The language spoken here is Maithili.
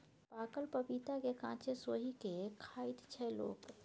पाकल पपीता केँ कांचे सोहि के खाइत छै लोक